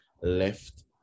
left